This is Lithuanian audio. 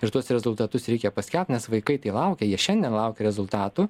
ir tuos rezultatus reikia paskelbt nes vaikai laukia jie šiandien laukia rezultatų